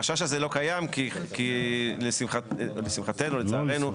החשש הזה לא קיים כי לשמחתנו או לצערנו,